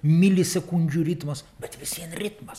milisekundžių ritmas bet vis vien ritmas